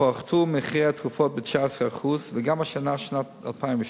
פחתו מחירי התרופות ב-19%, וגם השנה, שנת 2012,